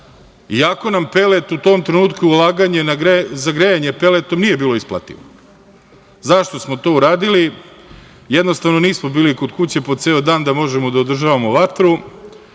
iako nam u tom trenutku ulaganje za grejanje peletom nije bilo isplativo. Zašto smo to uradili? Jednostavno, nismo bili kod kuće po ceo dan da možemo da održavamo vatru,